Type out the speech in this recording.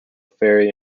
ferry